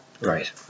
Right